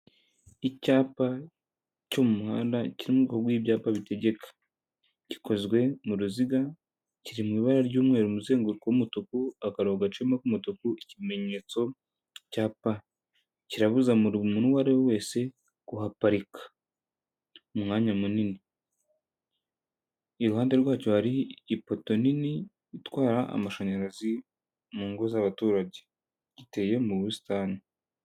Icyapa cyo mu muhanda kiri mu bwoko bw'ibyapa bitegeka, gikozwe mu ruziga, kiri mu ibara ry'umweru, umuzenguruko w'umutuku, akarongo agaciyemo k'umutuku, ikimenyetso cya P kirabuza buri muntu uwo ari we wese kuhaparika umwanya munini, iruhande rwacyo hari ipoto nini itwara amashanyarazi mu ngo z'abaturage, giteye mu busitani.